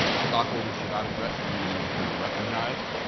stockholders should not address the meeting until you're recognized.